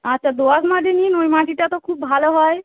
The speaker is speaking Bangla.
আচ্ছা দোআঁশ মাটি নিন ওই মাটিটা তো খুব ভালো হয়